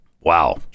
Wow